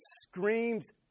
screams